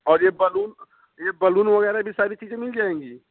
और ये बलून ये बलून वगैरह भी सारी चीज़ें मिल जाएंगी